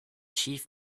chief